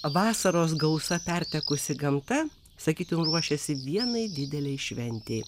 vasaros gausa pertekusi gamta sakytum ruošiasi vienai didelei šventei